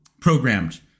programmed